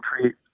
create